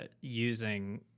using